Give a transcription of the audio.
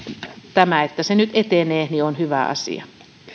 tämä että se nyt etenee on hyvä asia